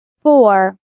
Four